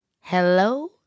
hello